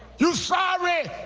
you're sorry?